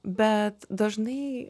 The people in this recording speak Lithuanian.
bet dažnai